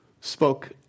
spoke